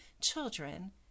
children